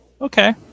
Okay